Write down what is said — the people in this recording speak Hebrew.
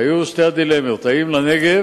היו שתי הדילמות, אם לנגב